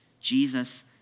Jesus